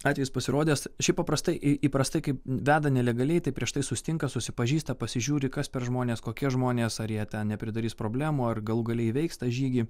atvejis pasirodęs šiaip paprastai įprastai kaip veda nelegaliai tai prieš tai susitinka susipažįsta pasižiūri kas per žmonės kokie žmonės ar jie ten nepridarys problemų ar galų gale įveiks tą žygį